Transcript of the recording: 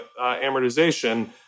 amortization